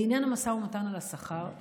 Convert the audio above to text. לעניין המשא ומתן על השכר,